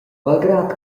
malgrad